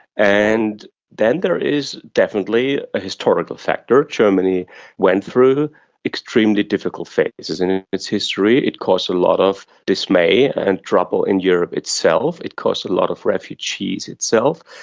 and then there is definitely a historical factor. germany went through extremely difficult phases in its history, it caused a lot of dismay and trouble in europe itself, it caused a lot of refugees itself.